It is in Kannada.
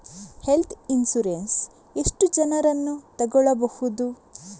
ಹೆಲ್ತ್ ಇನ್ಸೂರೆನ್ಸ್ ಎಷ್ಟು ಜನರನ್ನು ತಗೊಳ್ಬಹುದು?